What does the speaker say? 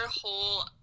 whole